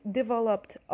developed